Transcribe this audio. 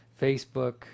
Facebook